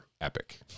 epic